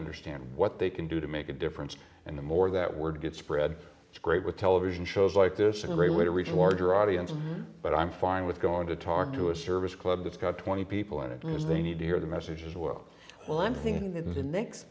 understand what they can do to make a difference and the more that word gets spread it's great with television shows like this in a great way to reach a larger audience but i'm fine with going to talk to a service club that's got twenty people in it and they need to hear the message as well well i'm thinking that in the next